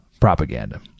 propaganda